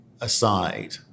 aside